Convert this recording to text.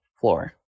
floor